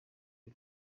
y’u